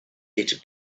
bit